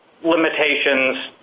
limitations